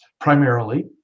primarily